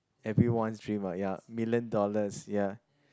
everyone's dream uh ya million dollars ya